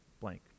blank